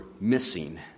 missing